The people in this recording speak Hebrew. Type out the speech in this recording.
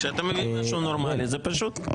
כשאתה מביא משהו נורמלי זה פשוט.